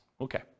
Okay